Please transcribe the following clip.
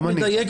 גם אני.